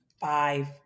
five